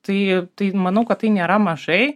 tai tai manau kad tai nėra mažai